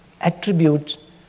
attributes